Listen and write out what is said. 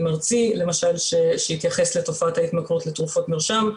ארצי שיתייחס לתופעת ההתמכרות לתרופות מרשם,